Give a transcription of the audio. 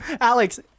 Alex